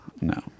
No